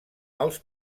els